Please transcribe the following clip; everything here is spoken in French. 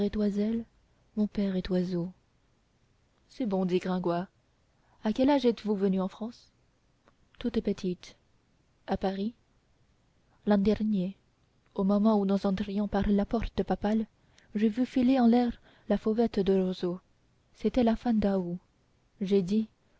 oiselle mon père est oiseau c'est bon dit gringoire à quel âge êtes-vous venue en france toute petite à paris l'an dernier au moment où nous entrions par la porte papale j'ai vu filer en l'air la fauvette de roseaux c'était à la fin d'août j'ai dit